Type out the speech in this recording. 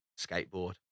Skateboard